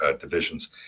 divisions